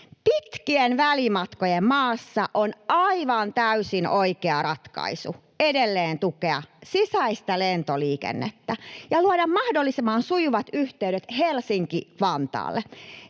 Pitkien välimatkojen maassa on aivan täysin oikea ratkaisu edelleen tukea sisäistä lentoliikennettä ja luoda mahdollisimman sujuvat yhteydet Helsinki-Vantaalle.